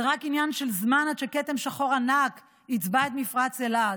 זה רק עניין של זמן עד שכתם שחור ענק יצבע את מפרץ אילת.